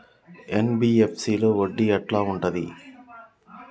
NBFC లో వడ్డీ ఎట్లా ఉంటది?